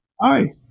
Hi